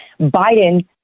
Biden